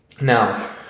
Now